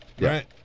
Right